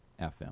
FM